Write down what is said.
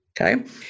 Okay